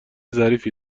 ظریفی